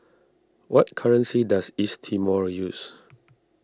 what currency does East Timor use